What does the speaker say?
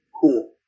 Cool